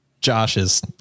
Josh's